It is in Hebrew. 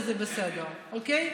24:00 זה בסדר, אוקיי?